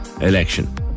election